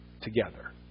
together